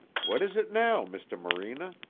what is it now, mr. morena?